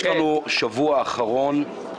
יש לנו שבוע אחרון